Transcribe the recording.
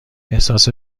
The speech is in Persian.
احساس